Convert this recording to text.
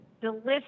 delicious